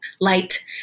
light